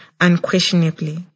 unquestionably